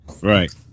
Right